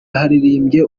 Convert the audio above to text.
yaririmbye